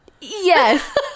Yes